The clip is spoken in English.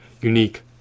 unique